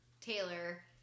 Taylor